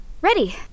Ready